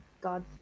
God